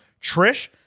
Trish